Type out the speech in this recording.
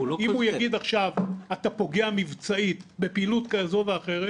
אם הוא יגיד עכשיו: אתה פוגע מבצעית בפעילות כזו ואחרת